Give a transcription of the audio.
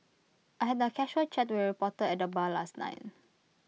I had A casual chat with A reporter at the bar last night